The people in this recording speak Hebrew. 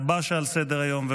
אשמח שתרשום אותי ואותנו בעד.